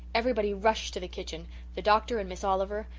everybody rushed to the kitchen the doctor and miss oliver,